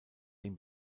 den